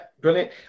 brilliant